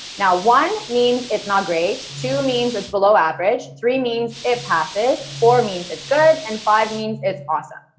now, one means it's not great, two means it's below average, three means it passes, four means it's good and five means, it's awesome.